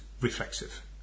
reflexive